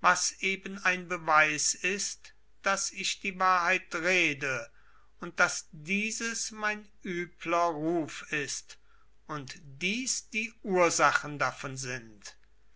was eben ein beweis ist daß ich die wahrheit rede und daß dieses mein übler ruf ist und dies die ursachen davon sind